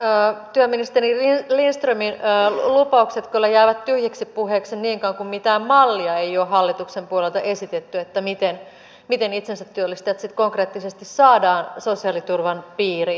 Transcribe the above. työministeri lindströmin lupaukset kyllä jäävät tyhjiksi puheiksi niin kauan kuin mitään mallia ei ole hallituksen puolelta esitetty siitä miten itsensätyöllistäjät sitten konkreettisesti saadaan sosiaaliturvan piiriin